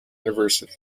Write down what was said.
university